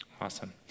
Awesome